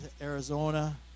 Arizona